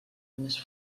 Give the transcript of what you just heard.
més